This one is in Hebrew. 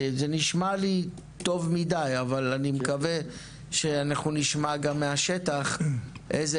זה נשמע לי טוב מידי אבל אני מקווה שאנחנו נשמע גם מהשטח איזו